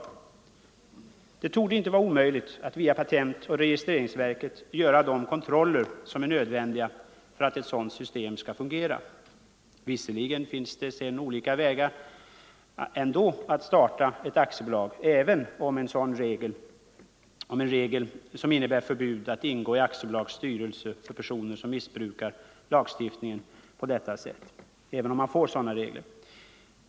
Onsdagen den Det torde inte vara omöjligt att via patentoch registreringsverket göra — 20 november 1974 de kontroller som är nödvändiga för att ett sådant system skall fungera. Visserligen finns det sedan ändå olika vägar att starta ett aktiebolag, Översyn av även om regler införs som innebär förbud för personer som missbrukar = konkurslagstiftlagstiftningen på detta sätt att ingå i aktiebolags styrelse.